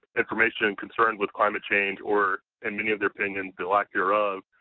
information and concerned with climate change, or in many of their opinions, the lack hereof,